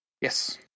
yes